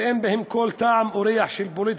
ואין בהם כל טעם או ריח של פוליטיקה.